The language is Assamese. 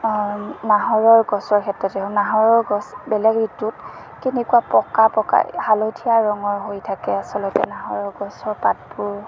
নাহৰৰ গছৰ ক্ষেত্ৰতেই হওঁক নাহৰৰ গছ বেলেগ ঋতুত তেনেকুৱা পকা পকা হালধীয়া ৰঙৰ হৈ থাকে আচলতে নাহৰৰ গছৰ পাতবোৰ